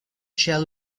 shall